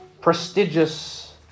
prestigious